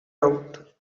out